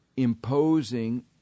Imposing